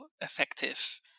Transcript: effective